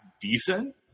decent